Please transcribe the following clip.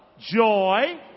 joy